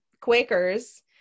Quakers